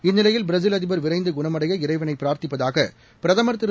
இந்நிலையில் பிரேஸில் அதிபர் விரைந்துகுணமடைய இறைவனைபிரார்த்திப்பதாகபிரதமர் திரு